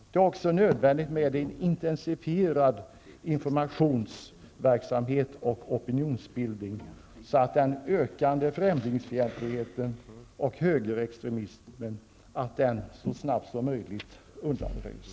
Det är också nödvändigt med en intensifierad informationsverksamhet och opinionsbildning så att den ökade främlingsfientligheten och högerextremismen så snabbt som möjligt undanröjs.